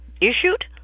issued